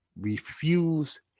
refuse